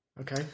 Okay